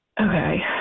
Okay